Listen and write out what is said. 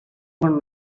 one